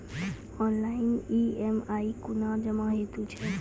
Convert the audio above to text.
Online EMI कूना जमा हेतु छै?